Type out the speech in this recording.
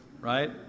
right